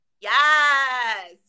Yes